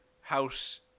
House